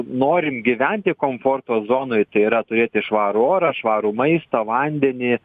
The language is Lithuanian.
norim gyventi komforto zonoj tai yra turėti švarų orą švarų maistą vandenį